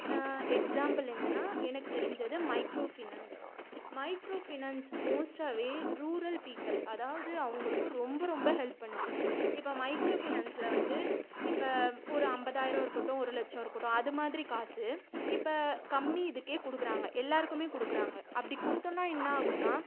example என்னென்னா எனக்கு தெரிஞ்சது மைக்ரோ ஃபினான்ஸ் மைக்ரோ ஃபினான்ஸ் மோஸ்ட்டாவே ரூரல் பீப்பிள் அதாவது அவங்களுக்கு ரொம்ப ரொம்ப ஹெல்ப் பண்ணுது இப்போ மைக்ரோ ஃபினான்ஸில் வந்து இப்போ ஒரு ஐம்பதாயிரோம் இருக்கட்டும் ஒரு லட்சம் இருக்கட்டும் அது மாதிரி காசு இப்போ கம்மி இதுக்கே கொடுக்கறாங்க எல்லாருக்குமே கொடுக்கறாங்க அப்படி கொடுத்தொன்னா என்ன ஆகும்னா